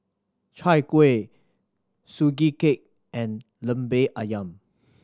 Chai Kueh Sugee Cake and Lemper Ayam